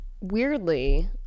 weirdly